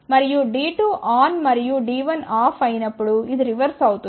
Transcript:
మరియు D2 on మరియు D1 off అయినప్పుడు ఇది రివర్స్ అవుతుంది